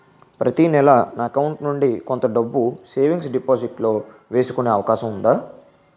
ప్రతి నెల నా అకౌంట్ నుండి కొంత డబ్బులు సేవింగ్స్ డెపోసిట్ లో వేసుకునే అవకాశం ఉందా?